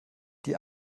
die